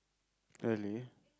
really